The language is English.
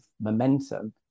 momentum